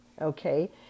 okay